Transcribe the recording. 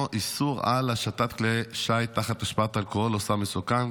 איסור על השטת כלי שיט תחת השפעת אלכוהול או סם מסוכן.